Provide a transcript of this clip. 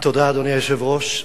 אדוני היושב-ראש,